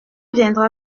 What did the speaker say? viendra